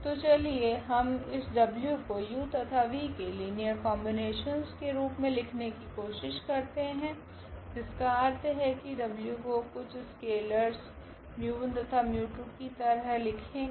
तो चलिए हम इस w को u तथा v के लीनियर कोंबिनेशन के रूप मे लिखने कि कोशिश करते है जिसका अर्थ है कि w को कुछ स्केलर्स तथा कि तरह लिखेगे